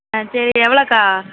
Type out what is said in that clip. ஆ சரி எவ்வளோக்கா